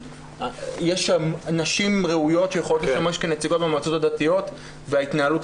יש שם נשים ראויות שיכולות לשמש כנציגות במועצות הדתיות וההתנהלות